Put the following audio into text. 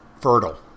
fertile